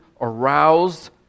aroused